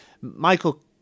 Michael